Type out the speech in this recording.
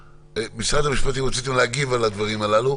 משרד המשפטים, רציתם להגיב על הדברים הללו?